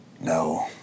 No